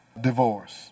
divorce